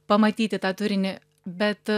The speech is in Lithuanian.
pamatyti tą turinį bet